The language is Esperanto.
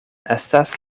estas